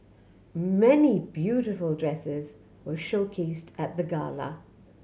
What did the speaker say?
many beautiful dresses were showcased at the gala